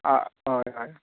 आं हय हय